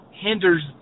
hinders